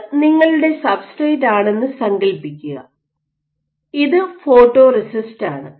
ഇത് നിങ്ങളുടെ സബ്സ്ട്രേറ്റ് ആണെന്ന് സങ്കൽപ്പിക്കുക ഇത് ഫോട്ടോറെസിസ്റ്റാണ്